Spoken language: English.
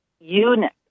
unit